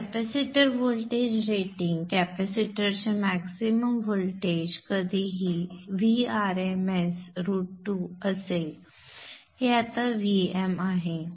आता capacitor voltage rating कॅपेसिटरचे maximum voltage कधीही V rms √2 असेल हे आता Vm आहे